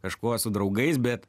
kažkuo su draugais bet